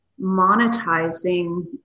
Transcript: monetizing